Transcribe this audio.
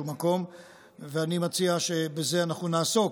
אני מציע שבזה אנחנו נעסוק.